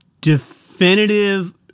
definitive